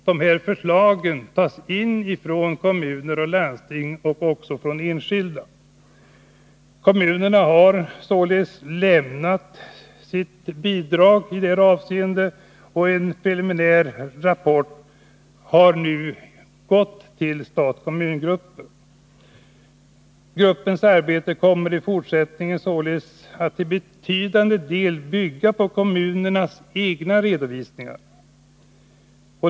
De här förslagen tas in från kommuner och landsting och även från enskilda. Kommunerna har således lämnat sitt bidrag i detta avseende, och en preliminär rapport har nu gått till stat-kommungruppen. Gruppens arbete kommer således i fortsättningen att till betydande del bygga på kommunernas egna redovisningar.